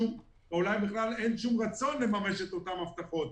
אולי בכלל אין שום רצון לממש את אותן הבטחות.